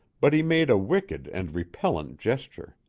but he made a wicked and repellent gesture.